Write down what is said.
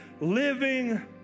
living